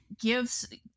gives